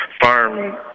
farm